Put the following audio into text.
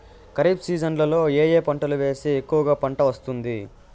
ఖరీఫ్ సీజన్లలో ఏ ఏ పంటలు వేస్తే ఎక్కువగా పంట వస్తుంది?